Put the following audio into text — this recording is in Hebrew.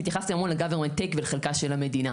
כי התייחסתם המון ל- government takeולחלקה של המדינה.